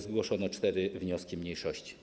Zgłoszono cztery wnioski mniejszości.